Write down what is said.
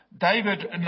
David